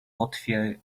potwier